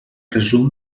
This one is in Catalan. resum